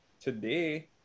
today